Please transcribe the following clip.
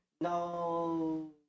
no